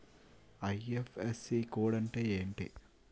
IFSC code అంటే ఏంటి?